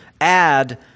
add